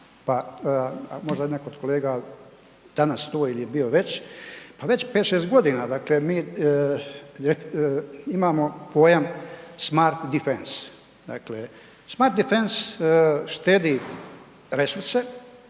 možda netko od kolega danas tu ili je bio već pa već 5, 6 godina, dakle mi imamo pojam smart defense dakle smart defense štedi resurse,